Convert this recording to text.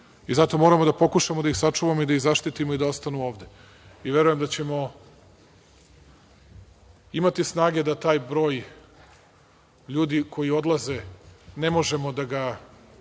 Zato moramo da pokušamo da ih sačuvamo i da ih zaštitimo i da ostanu ovde. Verujem da ćemo imati snage da taj broj ljudi koji odlazi, ne možete nikada